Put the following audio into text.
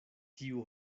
tiu